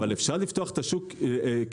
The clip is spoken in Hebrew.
אבל אפשר לפתוח את השוק כך,